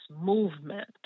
movement